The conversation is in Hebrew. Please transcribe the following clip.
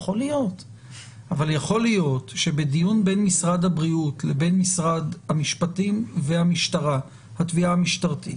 יכול להיות שבדיון בין משרד הבריאות לבין משרד המשפטים והתביעה המשטרתית